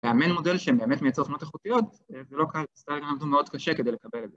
‫להעמיד מודל שמאמץ ‫מייצר אופנות איכותיות, ‫זה לא קל, ‫הסטארגן עבדו מאוד קשה כדי לקבל את זה.